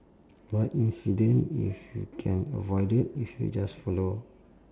what incident if you can avoid it if you just follow